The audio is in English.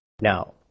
Now